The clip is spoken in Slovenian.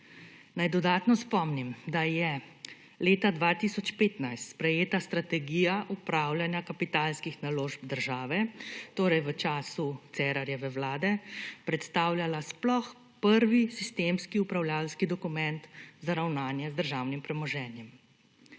Naj dodatno spomnim, da je leta 2015 sprejeta strategija upravljanja kapitalskih naložb države, torej v času Cerarjeve vlade, predstavljala sploh prvi sistemski upravljavski dokument za ravnanje z državnim premoženjem.